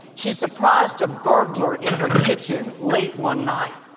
she surprised a burglar in her kitchen late one night.